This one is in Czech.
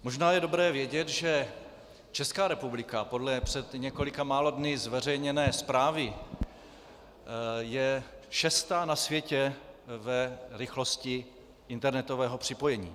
Možná je dobré vědět, že Česká republika podle před několika málo dny zveřejněné zprávy je šestá na světě v rychlosti internetového připojení.